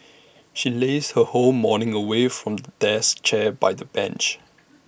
she lazed her whole morning away from desk chair by the beach